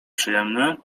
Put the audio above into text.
przyjemny